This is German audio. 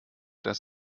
dass